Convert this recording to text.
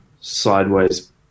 sideways